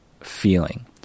Feeling